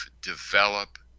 develop